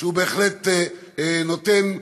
שבהחלט נותן גב,